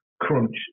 crunch